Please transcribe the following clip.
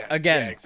again